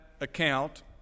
account